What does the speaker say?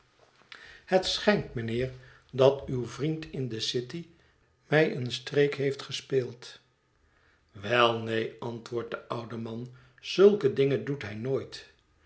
het schijnt mijnheer dat uw vriend in de c i t y mij een streek heeft gespeeld wel neen antwoordt de oude man zulke dingen doet hij nooit